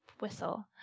whistle